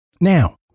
Now